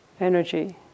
energy